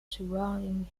surrounding